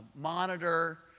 monitor